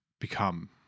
become